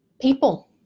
People